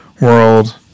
world